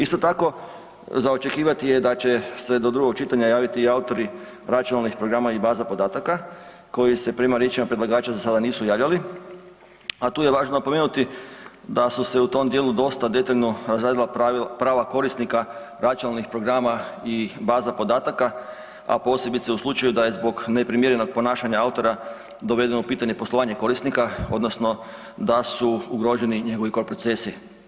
Isto tako, za očekivati je da će se do drugog čitanja javiti autori računalnih programa i baza podataka koji se prema riječima predlagača za sada nisu javljali, a tu je važno napomenuti da su se u tom djelu dosta detaljno unazadila prava korisnika računalnih programa i baza podataka a posebice u slučaju da je zbog neprimjerenog ponašanja autora, dovedeno u pitanje poslovanje korisnika odnosno da su ugroženi njegovi core procesi.